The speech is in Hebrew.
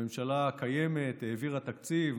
הממשלה הקיימת העבירה תקציב,